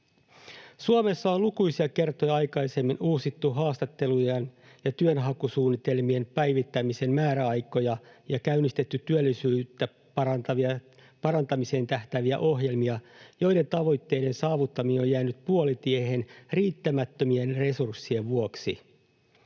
Suomessa on lukuisia kertoja aikaisemmin uusittu haastattelujen ja työnhakusuunnitelmien päivittämisen määräaikoja ja käynnistetty työllisyyden parantamiseen tähtääviä ohjelmia, joiden tavoitteiden saavuttaminen on jäänyt puolitiehen riittämättömien resurssien vuoksi.